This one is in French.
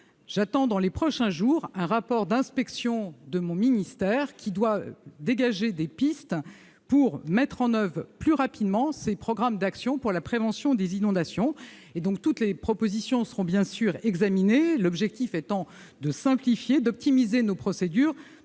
J'attends, pour les prochains jours, un rapport d'inspection de mon ministère, qui doit dégager des pistes pour mettre en oeuvre plus rapidement ces programmes d'action pour la prévention des inondations. Toutes les propositions seront bien sûr examinées, l'objectif étant de simplifier et d'optimiser nos procédures,